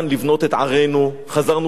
חזרנו לכאן, לנחלתנו.